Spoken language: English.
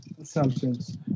assumptions